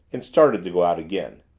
and started to go out again.